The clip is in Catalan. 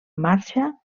marxa